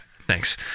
Thanks